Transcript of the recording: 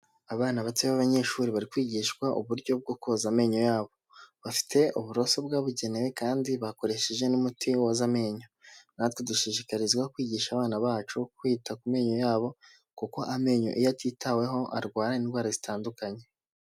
Abana bato b'abanyeshuri bari kwigishwa uburyo bwo koza amenyo yabo bafite uburoso bwabugenewe kandi bakoresheje n'umuti woza amenyo, natwe dushishikarizwa kwigisha abana bacu kwita ku menyo yabo kuko amenyo iyo atitaweho arwara indwara zitandukanye.